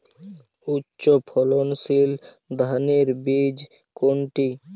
উচ্চ ফলনশীল ধানের বীজ কোনটি?